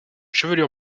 chevelure